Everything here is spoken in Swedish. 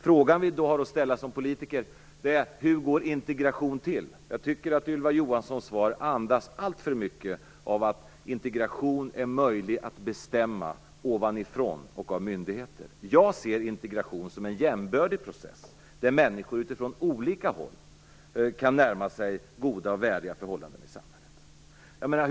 Frågan vi då kommer att ställa som politiker är: Hur går integration till? Jag tycker att Ylva Johanssons svar andas alltför mycket av att integration är möjlig att bestämma ovanifrån och av myndigheter. Jag ser integration som en jämbördig process, där människor från olika håll kan närma sig goda och värdiga förhållanden i samhället.